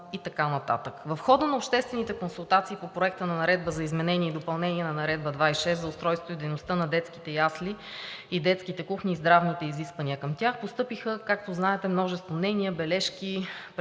В хода на обществените консултации по Проекта на наредба за изменение и допълнение на Наредба № 26 за устройството и дейността на детските ясли и детските кухни, и здравните изисквания към тях постъпиха, както знаете, множество мнения, бележки, предложения.